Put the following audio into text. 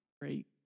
great